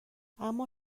اما